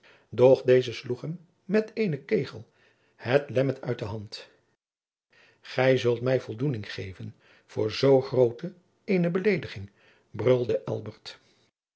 deze sloeg hem met eenen kegel het lemmer uit de hand jacob van lennep de pleegzoon gij zult mij voldoening geven voor zoo groot eene belediging brulde